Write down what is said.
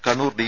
Kannur D